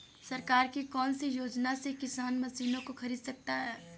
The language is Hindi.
सरकार की कौन सी योजना से किसान मशीनों को खरीद सकता है?